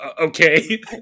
okay